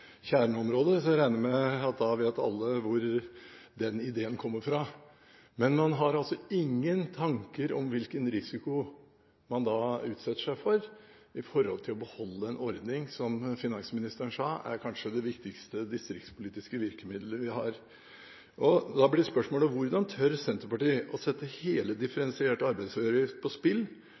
så jeg regner med at da vet alle hvor den ideen kommer fra. Men man har altså ingen tanker om hvilken risiko man da utsetter seg for med hensyn til å beholde en ordning som finansministeren sa kanskje er det viktigste distriktspolitiske virkemiddelet vi har. Da blir spørsmålet: Hvordan tør Senterpartiet sette hele den differensierte arbeidsgiveravgiften på spill